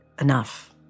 enough